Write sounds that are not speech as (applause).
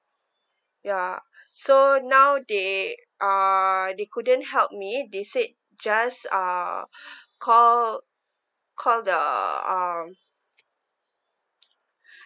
ya so now they uh they couldn't help me they said just uh (breath) call call the um